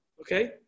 okay